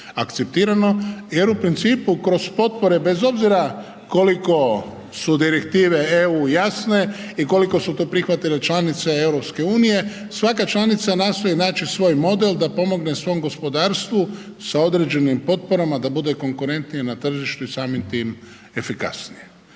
akceptirano jer u principu kroz potpore bez obzira koliko su direktive EU jasne i koliko su to prihvatila članice EU-a, svaka članica nastoji naći svoj model da pomogne svom gospodarstvu sa određenim potporama da bude konkurentnija na tržištu i samim tim efikasnija.